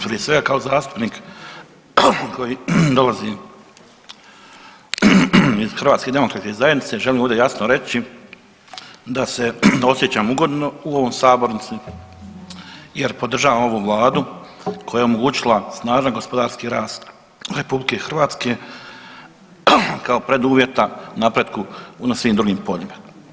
Prije svega kao zastupnik koji dolazim iz HDZ-a želim ovdje jasno reći da se osjećam ugodno u ovoj sabornici jer podržavam ovu vladu koja je omogućila snažan gospodarski rast RH kao preduvjeta napretku na svim drugim poljima.